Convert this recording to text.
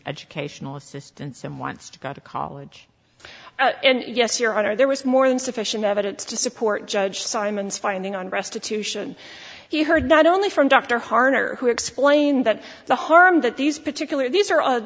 educational assistance and wants to go to college and yes your honor there was more than sufficient evidence to support judge simon's finding on restitution he heard not only from dr harner who explained that the harm that these particular these are